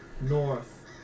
north